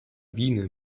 winy